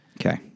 Okay